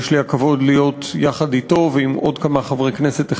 יש לי הכבוד להיות יחד אתו ועם עוד כמה חברי כנסת,